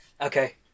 Okay